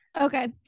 Okay